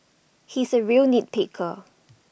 he is A real nit picker